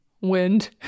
wind